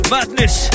Madness